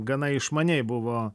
gana išmaniai buvo